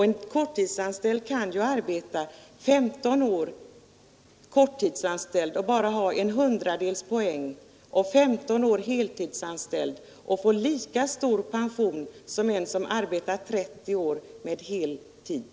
En korttidsanställd kan ju arbeta 15 år som korttidsanställd och bara ha 1/100 pensionspoäng och sedan genom att arbeta 15 år som heltidsanställd få lika stor pension som en som arbetat 30 år på heltid.